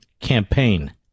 campaign